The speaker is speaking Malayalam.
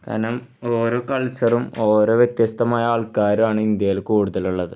കാരണം ഓരോ കൾച്ചറും ഓരോ വ്യത്യസ്തമായ ആൾക്കാരും ആണ് ഇന്ത്യയിൽ കൂടുതലുള്ളത്